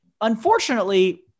Unfortunately